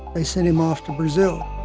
they sent him off to brazil.